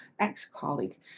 ex-colleague